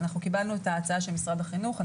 אנחנו קיבלנו את ההצעה של משרד החינוך.